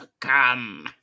come